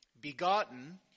begotten